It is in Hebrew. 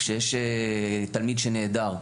כשתלמיד נעדר,